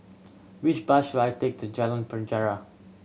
which bus should I take to Jalan Penjara